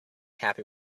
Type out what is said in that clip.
happy